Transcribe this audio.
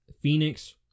Phoenix